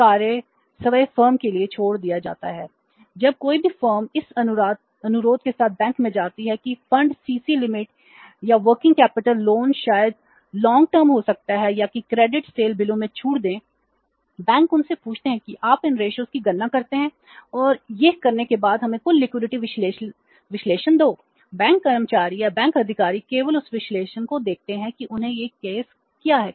यह कार्य स्वयं फर्म के लिए छोड़ दिया जाता है जब कोई भी फर्म इस अनुरोध के साथ बैंक में जाती है कि फंड सी सी विश्लेषण देते हैं बैंक कर्मचारी या बैंक अधिकारी केवल उस विश्लेषण को देखते हैं कि उन्होंने यह कैसे किया है